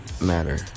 matter